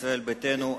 ישראל ביתנו,